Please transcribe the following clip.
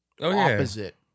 opposite